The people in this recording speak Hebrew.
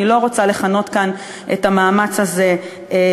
אני לא רוצה לכנות כאן את המאמץ הזה בשם,